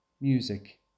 music